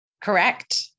Correct